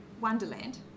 Wonderland